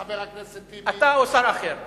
אתה או שר אחר.